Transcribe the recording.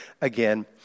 again